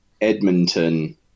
Edmonton